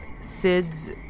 Sid's